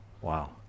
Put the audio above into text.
wow